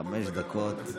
חמש דקות.